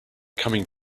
coming